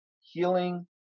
healing